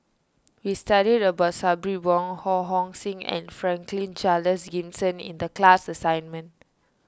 we studied about Sabri Buang Ho Hong Sing and Franklin Charles Gimson in the class assignment